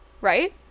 Right